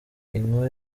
inkuba